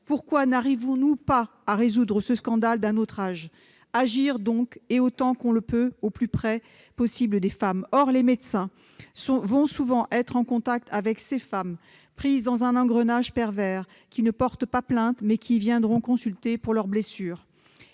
pourquoi n'arrivons-nous pas à résoudre ce scandale d'un autre âge ? Il faut donc agir, autant qu'on le peut et au plus près possible des femmes. Or, souvent, les médecins sont en contact avec ces femmes ; prises dans un engrenage pervers, elles ne portent pas plainte, mais elles viennent consulter pour leurs blessures.